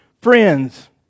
friends